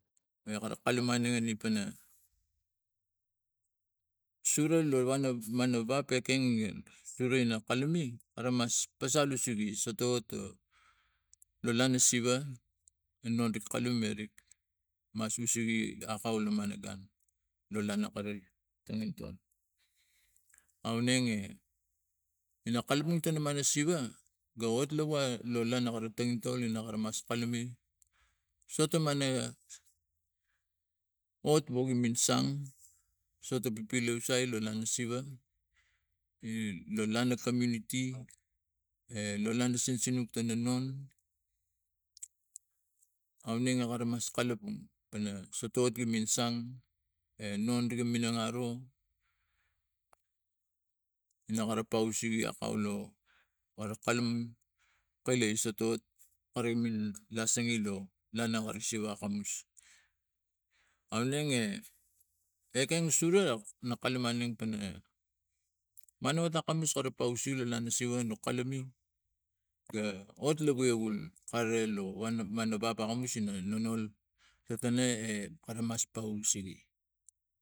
A kare kaluman generi panana sure lo vana mana wa peking inge sure ina kalume kara mas pasal usege sotot lo lana siva anongi kalume rimas usege akau la mana gun loloana kari tangintol. Aunenge ina kalapang tana mane siva ga otiarana na rega tanginton ina gara mas kalume so lana siva lo lana komuniti lo lana sinsinuk tatanun. A u rege mas kalapang pana sotot gimin sang non riga minang aro gina kara pausege akaulo aro kalum kaila sotot karai min lasingilo lana ara siva akamus. Aurenge ekeng surek no kalum o pana manu takamus oro pausol lo lana siva lo kalume ga hot lo waiagah kare lo wana mana pakamus lo lana siva mas pausege.